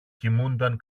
κοιμούνταν